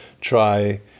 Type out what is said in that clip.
try